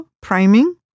priming